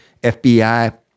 FBI